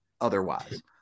otherwise